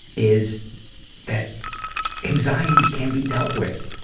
is that anxiety can be dealt with,